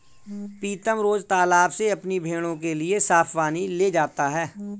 प्रीतम रोज तालाब से अपनी भेड़ों के लिए साफ पानी ले जाता है